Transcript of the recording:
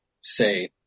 say